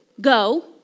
go